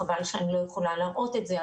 חבל שאני לא יכולה להראות את זה,